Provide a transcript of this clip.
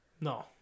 No